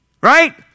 right